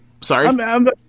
sorry